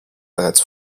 bereits